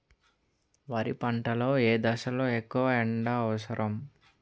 వరి పంట లో ఏ దశ లొ ఎక్కువ ఎండా అవసరం?